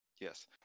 yes